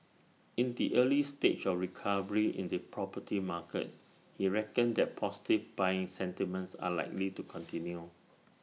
in the early stage of recovery in the property market he reckoned that positive buying sentiments are likely to continue